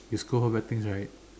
you scold her bad things right